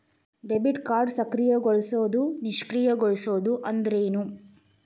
Debit ಕಾರ್ಡ್ನ ಸಕ್ರಿಯಗೊಳಿಸೋದು ನಿಷ್ಕ್ರಿಯಗೊಳಿಸೋದು ಅಂದ್ರೇನು?